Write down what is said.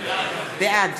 בעד